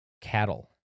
cattle